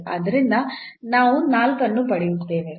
ಆದ್ದರಿಂದ ನಾವು 4 ಅನ್ನು ಪಡೆಯುತ್ತೇವೆ